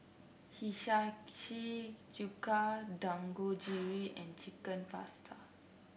Hiyashi Chuka Dangojiru and Chicken Pasta